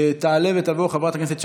תעלה ותבוא חברת הכנסת שקד.